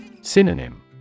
Synonym